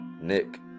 Nick